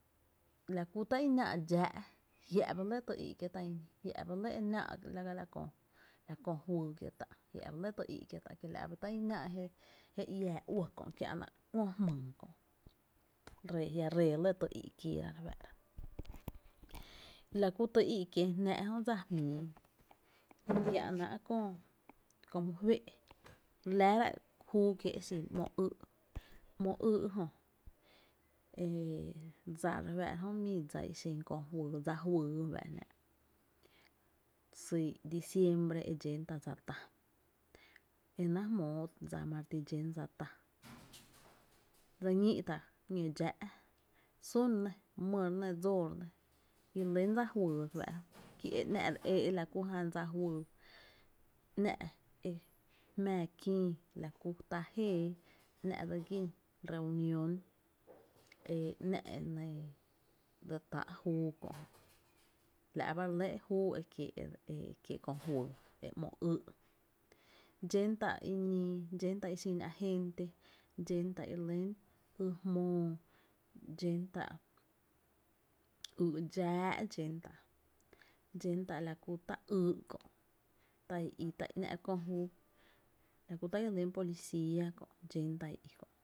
La kú tá’ e náá’ dxáá’ jia’ ba lɇ tý i’ kiee’ ta’ ini, jiá’ ba lɇ e náá’ ga la köö juyy kiee’ tá’, jia’ ba lɇ ty i’ kiee’ tá’, kiela’ ba tá’ i náá’ je iáá uɇ kö’ kiä’na ‘ngö’ jmyy, re a jia’ ree lɇ tý í’ kieera re fáá’ra, la kú tý í’ kiee jnáá’ jö dsa jmíi kiä’ náá’ köö my féé’, re laára kiä’ júu e xin ‘mo ÿý’, ‘mo ÿý’ jö dsa re fáá’ra jö mii dsa i xen köö juyy dsa juyy re fáá’ra syy’ diciembre e dxén tá’ dsa tá e e náá’ jmóo dsa ma re ti dxén dsa tá dse ñíi’ tá’ ñó’ dxáá’ sún nɇ, my re nɇ dsóo re nɇ i re lyn dsa juyy re fáá’ra ki e ‘nⱥ’ e e la ku dsa juyy ‘nⱥ’ e re jmⱥⱥ kïï la ku ta jéeé, ‘nⱥ’ dse gín reunión e ‘nⱥ’ e dse táá’ juu kö’, la’ ba re lɇ juu e kiee’ köö juyy e kie’ ‘mo ÿý’ dxén ta’ i nii, dxen tá’ i xin agente, dxé’ tá’ i re lyn ÿy jmóo, dxé’ tá’ ÿy’ dxáá’ dxentá’ la kú tá’ ÿy’ kö’ ta i i kö’ tá’ i i tá’ i ‘nⱥ’ re kö júu la kú tá’ ire lɇ policía kö’, dxén tá’ i i kö’.